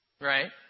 Right